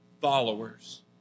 followers